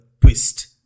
twist